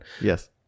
Yes